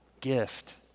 gift